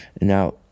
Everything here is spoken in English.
Now